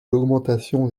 l’augmentation